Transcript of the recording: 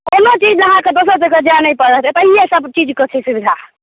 कोनो चीज अहाँके दोसर जगह जाय नहि पड़त एतहिए सभचीजके छै सुविधा